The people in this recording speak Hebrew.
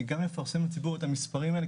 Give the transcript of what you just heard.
היא גם לפרסם לציבור את המספרים האלה,